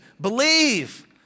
believe